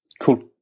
Cool